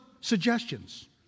suggestions